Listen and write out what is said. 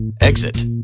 Exit